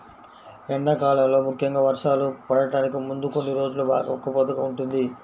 ఎండాకాలంలో ముఖ్యంగా వర్షాలు పడటానికి ముందు కొన్ని రోజులు బాగా ఉక్కపోతగా ఉంటుంది